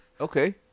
Okay